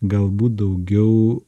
galbūt daugiau